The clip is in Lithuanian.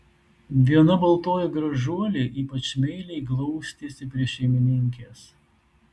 viena baltoji gražuolė ypač meiliai glaustėsi prie šeimininkės